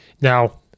Now